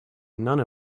none